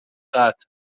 قطع